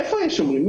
איפה יהיו שומרים?